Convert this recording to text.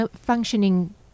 functioning